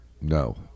No